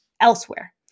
elsewhere